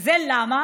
וזה למה?